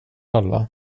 alla